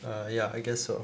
err ya I guess so